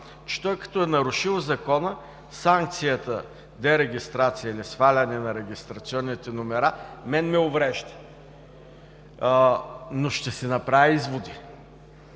че той като е нарушил Закона, санкцията – дерегистрация или сваляне на регистрационните номера, мен ме уврежда. Но ще си направя изводи